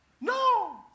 No